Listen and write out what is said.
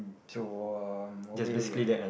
to uh over here what we have